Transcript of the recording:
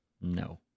No